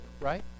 right